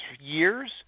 years